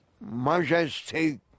Majestic